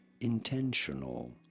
Intentional